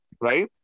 right